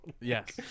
Yes